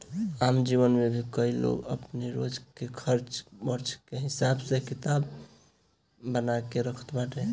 आम जीवन में भी कई लोग अपनी रोज के खर्च वर्च के हिसाब किताब बना के रखत बाटे